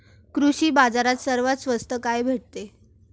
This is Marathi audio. कृषी बाजारात सर्वात स्वस्त काय भेटते?